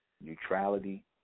neutrality